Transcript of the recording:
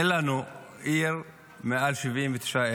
אין לנו עיר מעל 79,000,